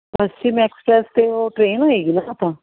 ਪੱਛਚਿਮ express ਤੇ ਉਹ train ਹੋਏਗੀ ਨਾ ਉਹ ਤਾਂ